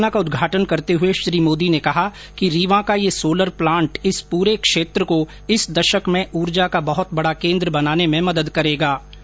परियोजना का उदघाटन करते हए श्री मोदी ने कहा कि रीवा का ये सोलर प्लांट इस पूरे क्षेत्र को इस दशक में ऊर्जा का बहुत बड़ा केंद्र बनाने में मदद करेगा